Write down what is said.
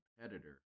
competitor